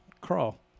Crawl